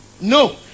No